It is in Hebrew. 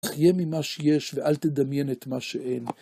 חיה ממה שיש, ואל תדמיין את מה שאין.